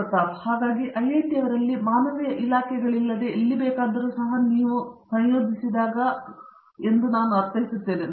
ಪ್ರತಾಪ್ ಹರಿಡೋಸ್ ಹಾಗಾಗಿ ಐಐಟಿಯವರಲ್ಲಿ ಮಾನವೀಯ ಇಲಾಖೆಗಳಿಲ್ಲದೆ ಎಲ್ಲಿ ಬೇಕಾದರೂ ಸಹ ನೀವು ಸಂಯೋಜಿಸಿದಾಗ ನಾನು ಅರ್ಥೈಸುತ್ತೇನೆ